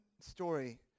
story